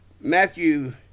Matthew